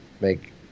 make